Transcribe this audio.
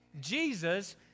Jesus